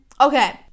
Okay